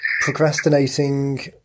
procrastinating